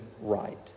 right